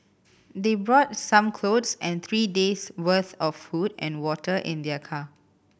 they brought some clothes and three days' worth of food and water in their car